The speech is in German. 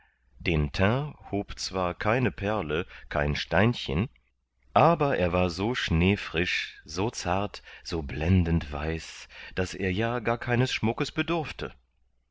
hob zwar keine perle kein steinchen aber er war so schneefrisch so zart so blendend weiß daß er ja gar keines schmuckes bedurfte